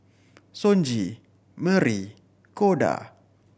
Sonji Merrie Koda